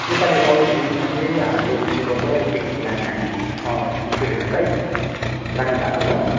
योपालि अगस्ट दुईमा चाहिँ हाम्रो स्कुलबाट पिकनिक लाने हामी स्टुडेन्टहरूलाई लाने भएको छौँ